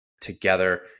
together